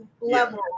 level